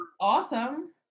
awesome